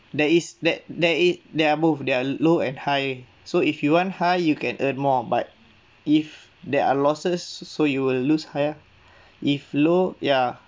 there is that there it there are both there are low and high so if you want high you can earn more but if there are losses so you will lose high ah if low ya